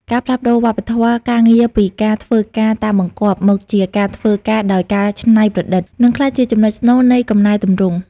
ការផ្លាស់ប្តូរវប្បធម៌ការងារពីការ "ធ្វើការតាមបង្គាប់" មកជា "ការធ្វើការដោយការច្នៃប្រឌិត" នឹងក្លាយជាចំណុចស្នូលនៃកំណែទម្រង់។